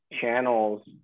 channels